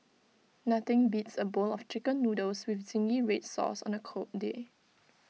nothing beats A bowl of Chicken Noodles with Zingy Red Sauce on A cold day